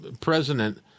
president